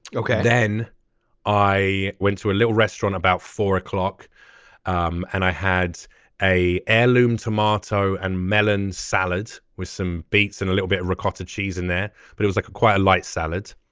ok. then i went to a little restaurant about four o'clock um and i had a heirloom tomato and melon salads with some beets and a little bit ricotta cheese in there but it was like quite light salads.